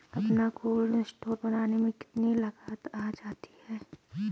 अपना cold store बनाने में कितनी लागत आ जाती है?